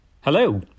Hello